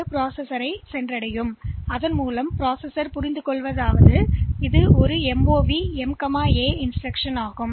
எனவே செயலி இது ஒரு MOVஎன்பதை புரிந்து கொள்ளும் M ஒரு இன்ஸ்டிரக்ஷன்ல்